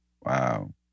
Wow